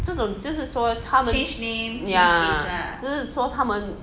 这种就是说他们 ya 就是说他们